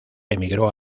emigró